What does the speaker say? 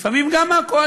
לפעמים גם מהקואליציה,